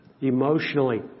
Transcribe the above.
emotionally